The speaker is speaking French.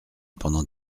pendant